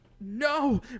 No